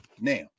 Now